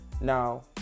Now